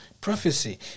prophecy